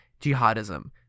jihadism